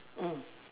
mm